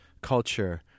culture